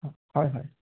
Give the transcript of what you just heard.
অঁ হয় হয়